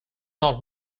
not